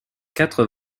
quatre